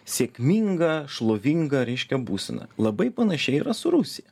sėkmingą šlovingą reiškia būseną labai panašiai yra su rusija